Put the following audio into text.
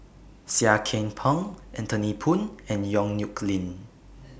Seah Kian Peng Anthony Poon and Yong Nyuk Lin